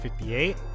58